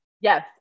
Yes